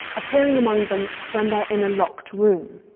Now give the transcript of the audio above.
appearing among them when they are in a locked room.